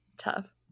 tough